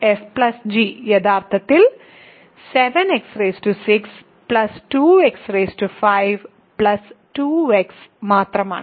fg യഥാർത്ഥത്തിൽ 7x6 2x5 2x മാത്രമാണ്